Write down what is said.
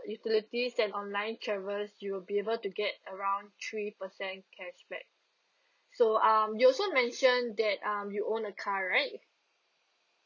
utilities and online travels you'll be able to get around three percent cashback so um you also mentioned that um you own a car right